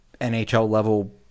NHL-level